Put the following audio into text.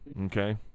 okay